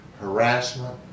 harassment